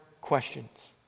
questions